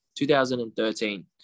2013